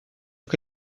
che